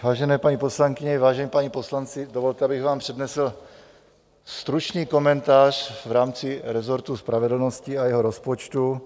Vážené paní poslankyně, vážení páni poslanci, dovolte, abych vám přednesl stručný komentář v rámci resortu spravedlnosti a jeho rozpočtu.